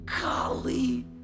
Golly